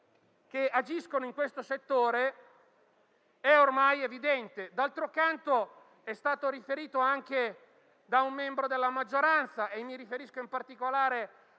che agiscono in questo settore è ormai evidente. D'altro canto, è stato riferito anche da un membro della maggioranza - mi riferisco in particolare